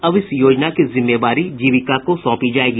अब इस योजना की जिम्मेवारी जीविका को सौंपी जायेगी